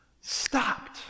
stopped